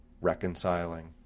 reconciling